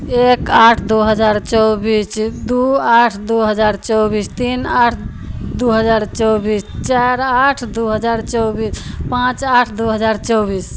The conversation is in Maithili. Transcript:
एक आठ दू हजार चौबीस दू आठ दू हजार चौबीस तीन आठ दू हजार चौबीस चारि आठ दू हजार चौबीस पाँच आठ दू हजार चौबीस